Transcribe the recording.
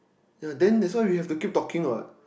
yea then that's why we have to keep talking what